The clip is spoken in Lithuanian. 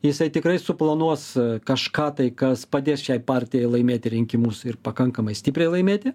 jisai tikrai suplanuos kažką tai kas padės šiai partijai laimėti rinkimus ir pakankamai stipriai laimėti